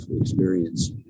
experience